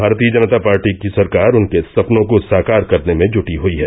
भारतीय जनता पार्टी की सरकार उनके सपनों को साकार करने में जुटी हुयी है